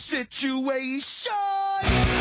Situations